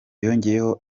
yongeyeho